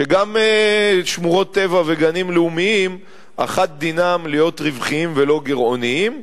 שגם שמורות טבע וגנים לאומיים אחת דינם להיות רווחיים ולא גירעוניים,